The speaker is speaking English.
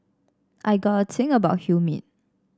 I got a thing about humid